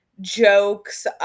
jokes